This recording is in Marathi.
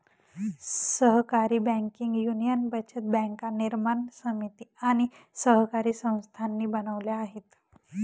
सहकारी बँकिंग युनियन बचत बँका निर्माण समिती आणि सहकारी संस्थांनी बनवल्या आहेत